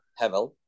Hevel